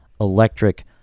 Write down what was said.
electric